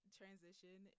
transition